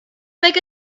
make